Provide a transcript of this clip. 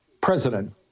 president